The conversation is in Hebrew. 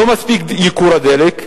לא מספיק ייקור הדלק,